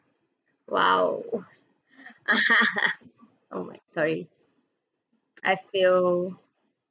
!wow! oh my sorry I fail